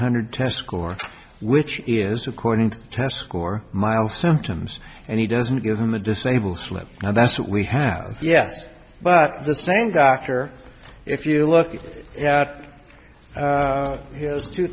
hundred test score which is according to test score mild symptoms and he doesn't give them a disable slip and that's what we have yes but that same doctor if you look at his two